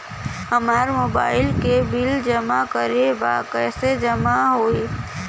हमार मोबाइल के बिल जमा करे बा कैसे जमा होई?